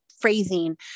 phrasing